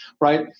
right